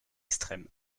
extrême